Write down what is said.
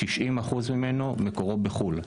90% ממנו מקורו בחו"ל.